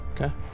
Okay